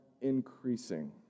increasing